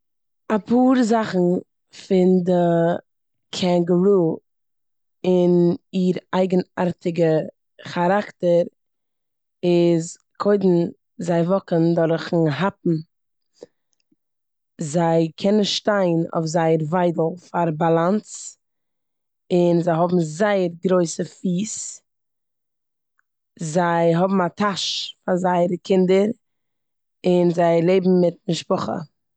אפאר זאכן פון די קענגערו וואס און איר אייגענארטיגע כאראקטער איז קודם זיי וואקן דורכן האפן. זיי קענען שטיין אויף זייער וויידל פאר באלאנס און זיי האבן זייער גרויסע פיס. זיי האבן א טאש פאר זייערע קינדער און זיי לעבן מיט משפחה.